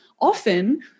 often